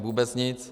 Vůbec nic.